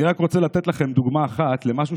אני רק רוצה לתת לכם דוגמה אחת למשהו